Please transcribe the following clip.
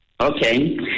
okay